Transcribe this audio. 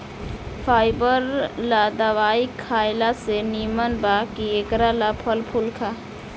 fibre ला दवाई खएला से निमन बा कि एकरा ला फल फूल खा